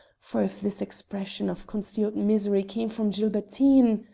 for if this expression of concealed misery came from gilbertine